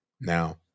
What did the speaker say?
Now